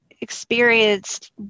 experienced